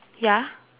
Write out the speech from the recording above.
ya